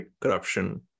corruption